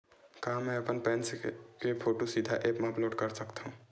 का मैं अपन पैन के फोटू सीधा ऐप मा अपलोड कर सकथव?